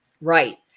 Right